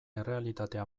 errealitatea